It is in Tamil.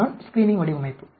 அதுதான் ஸ்கிரீனிங் வடிவமைப்பு